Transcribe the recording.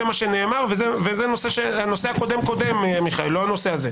זה מה שנאמר וזה הנושא הקודם-קודם, לא הנושא הזה.